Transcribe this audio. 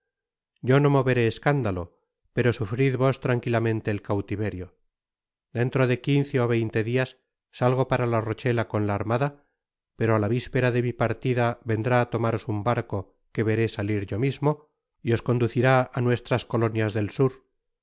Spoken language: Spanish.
yo no moveré escándalo pero sufrid vos tranquilamente el cautiverio dentro de quince ó veinte diw salgo para la rochela con la armada pero á la vispera de mi partida vendrá á tomaros un barco que veré salir yo mismo y os conducirá á nuestras colonias del sud y